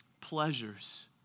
pleasures